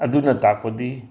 ꯑꯗꯨꯅ ꯇꯥꯛꯄꯗꯤ